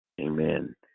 Amen